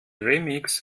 remix